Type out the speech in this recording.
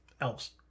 elves